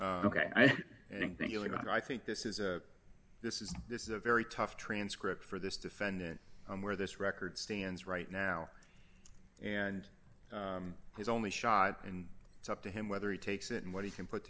and i think this is a this is this is a very tough transcript for this defendant on where this record stands right now and his only shot and it's up to him whether he takes it and what he can put